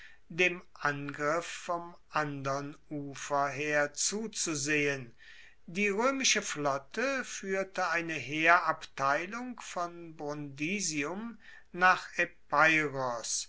dem angriff vom andern ufer her zuzusehen die roemische flotte fuehrte eine heerabteilung von brundisium nach